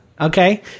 Okay